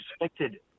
expected